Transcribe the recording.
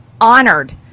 honored